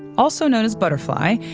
also known as butterfly,